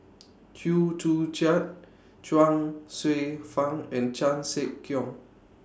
Chew Joo Chiat Chuang Hsueh Fang and Chan Sek Keong